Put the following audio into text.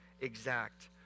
exact